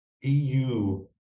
EU